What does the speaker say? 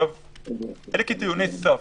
אלו קריטריוני סף.